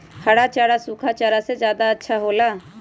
हरा चारा सूखा चारा से का ज्यादा अच्छा हो ला?